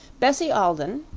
bessie alden,